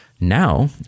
Now